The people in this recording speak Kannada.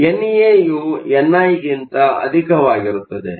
ಏಕೆಂದರೆ ಎನ್ಎ ಯು ಎನ್ಐ ಗಿಂತ ಅಧಿಕವಾಗಿರುತ್ತದೆ